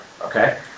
okay